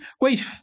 Wait